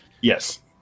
Yes